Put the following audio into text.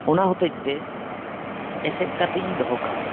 ᱚᱱᱟ ᱦᱚᱛᱮᱫ ᱛᱮ ᱮᱥᱮᱫ ᱠᱟᱛᱮᱫ ᱤᱧ ᱫᱚᱦᱚ ᱠᱟᱜᱼᱟ